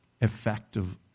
Effective